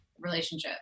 relationship